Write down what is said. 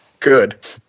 Good